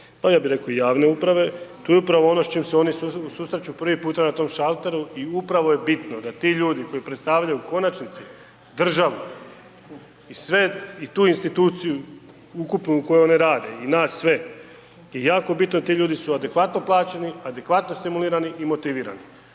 pa ja bi reko i javne uprave, to je upravo ono s čim se oni susreću prvi puta na tom šalteru i upravo je bitno da ti ljudi koji predstavljaju u konačnici državu i sve i tu instituciju, ukupnu u kojoj oni rade i nas sve i jako bitno ti ljudi su adekvatno plaćeni, adekvatno stimulirani i motivirani.